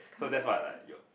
so that's what like your